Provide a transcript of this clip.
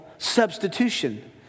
substitution